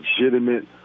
legitimate